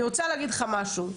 אני רוצה להגיד לך משהו.